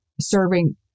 serving